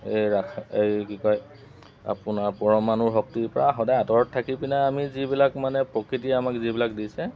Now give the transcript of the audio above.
এই ৰাস এই কি কয় আপোনাৰ পৰমাণু শক্তিৰপৰা সদায় আঁতৰত থাকি পিনে আমি যিবিলাক মানে প্ৰকৃতিয়ে আমাক যিবিলাক দিছে